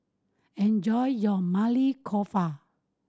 enjoy your Maili Kofta